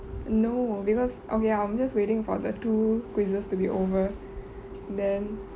no because okay I'm just waiting for the two quizzes to be over then